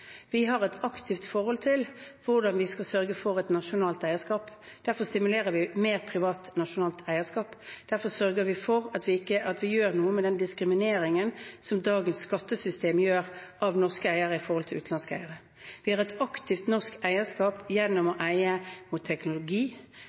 Vi har et aktivt forhold til hvordan vi skal sørge for et nasjonalt eierskap. Derfor stimulerer vi til mer privat nasjonalt eierskap. Derfor sørger vi for å gjøre noe med diskrimineringen i dagens skattesystem av norske eiere i forhold til utenlandske eiere. Vi har et aktivt norsk eierskap gjennom å